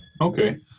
Okay